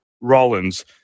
Rollins